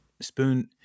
spoon